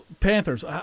Panthers